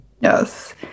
Yes